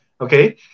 Okay